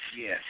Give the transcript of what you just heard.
Yes